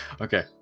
Okay